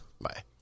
Bye